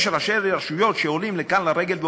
יש ראשי רשויות שעולים לכאן לרגל ואומרים: